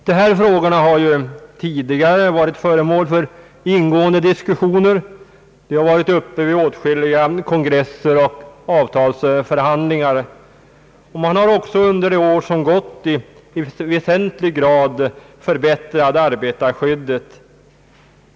De här frågorna har tidigare varit föremål för ingående diskussioner. De har varit uppe vid åtskilliga kongresser och avtalsförhandlingar. Man har också under de år som gått i väsentlig grad förbättrat arbetarskyddet.